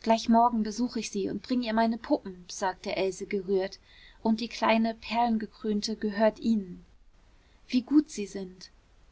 gleich morgen besuch ich sie und bring ihr meine puppen sagte else gerührt und die kleine perlengekrönte gehört ihnen wie gut sie sind